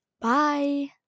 Bye